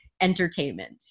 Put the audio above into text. entertainment